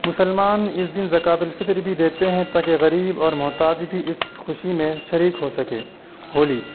مسلمان اس دن زکات الفطر بھی دیتے ہیں تاکہ غریب اور محتاج بھی اس خوشی میں شریک ہو سکیں ہولی